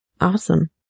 Awesome